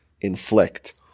inflict